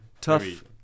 Tough